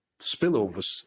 spillovers